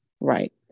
Right